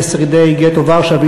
לשרידי גטו ורשה,